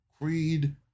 creed